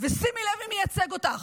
ושימי לב מי מייצג אותך,